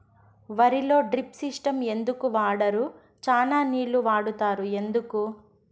వరిలో drip system ఎందుకు వాడరు? చానా నీళ్లు వాడుతారు ఎందుకు?